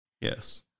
Yes